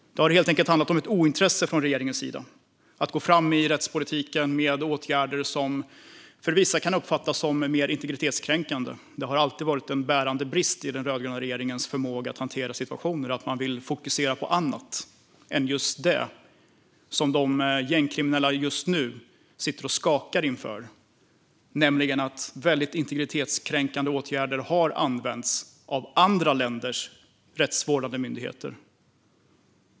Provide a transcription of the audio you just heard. Det har helt enkelt handlat om ett ointresse från regeringens sida när det gäller att gå fram i rättspolitiken med åtgärder som för vissa kan uppfattas som mer integritetskränkande. Det har alltid varit en bärande brist i den rödgröna regeringens förmåga att hantera situationer. Man vill fokusera på annat än det som de gängkriminella just nu sitter och skakar inför, nämligen att väldigt integritetskränkande åtgärder har använts av andra länders rättsvårdande myndigheter.